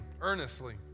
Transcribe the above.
earnestly